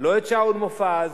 לא את שאול מופז,